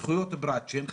בזכויות הפרט שהן חשובות?